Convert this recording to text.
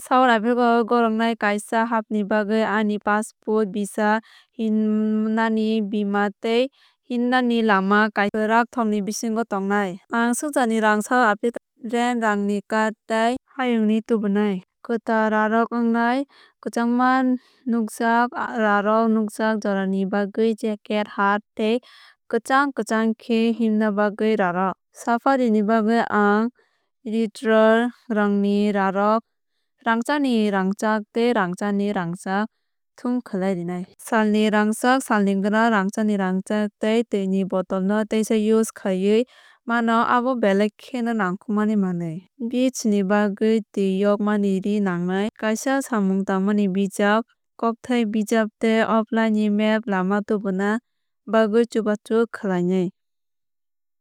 South Africa o goroknai kaisa hapni bagwi Ani passport visa himnani bima tei himnani lama kaisa kwrak thokni bisingo tongnai. Ang swngcharni rang Sauth Africani rand rangni kard tei hayungni tubunai. Kwtal rírok wngnai kwchangma nwngjak rírok nwngjak jorani bagwi jacket hat tei kwchang kwchang khe himna bagwi rírok. Safarini bagwi ang neutral rangni rírok rangchakni rangchak tei thum khlaiwi rwnai. Salni rangchak salni glass rangchakni rangchak tei twini bottle no teisa use khlaiwi mano abo belai kheno nangkukmani manwi. Beach ni bagwi twi yok mani ri nangnai. Kaisa samung tangmani bijap kokthai tei offline ni map lama tubuna bagwi chubachu khlainai.